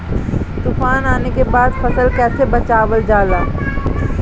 तुफान आने के बाद फसल कैसे बचावल जाला?